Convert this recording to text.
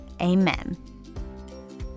Amen